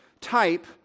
type